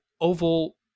oval